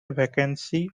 vacancy